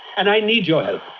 and i need your help.